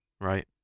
Right